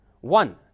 One